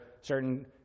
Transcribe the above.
certain